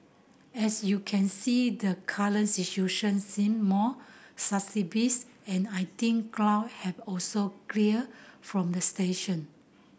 as you can see the current situation seem more stabilised and I think claw have also clear from the station